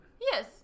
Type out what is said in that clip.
Yes